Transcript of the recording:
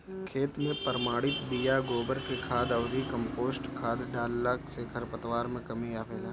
खेत में प्रमाणित बिया, गोबर के खाद अउरी कम्पोस्ट खाद डालला से खरपतवार में कमी आवेला